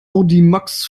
audimax